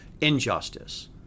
injustice